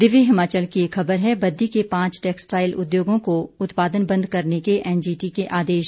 दिव्य हिमाचल की एक खबर है बद्दी के पांच टैक्सटाइल उद्योगों को उत्पादन बंद करने के एनजीटी के आदेश